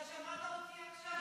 אתה שמעת אותי עכשיו,